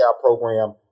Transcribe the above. program